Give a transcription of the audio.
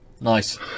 Nice